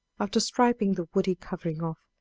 after stripping the woody covering off,